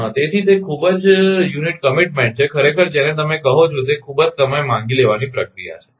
તેથી તે એક ખૂબ જ યુનિટ કમીટમેન્ટ છે ખરેખર જેને તમે કહો છો તે ખૂબ જ સમય માંગી લેવાની પ્રક્રિયા છે